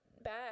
bad